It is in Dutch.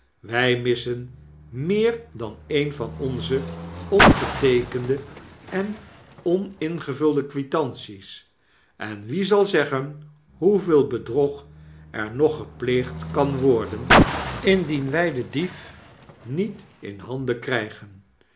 wy missen meer dan een van onze ongeteekende en oningevulde kwitanties en wie zal zeggen hoeveel bedrog er nog gepleegd kan worden indien wy den dief niet in handen krygen